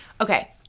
okay